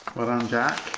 well done jack.